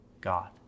God